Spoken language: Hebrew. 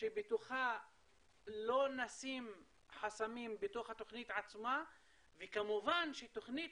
שבתוכה לא נשים חסמים בתוך התוכנית עצמה וכמובן תוכנית